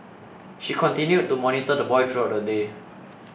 she continued to monitor the boy throughout the day